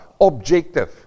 objective